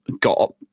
got